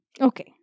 Okay